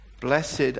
blessed